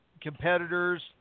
competitors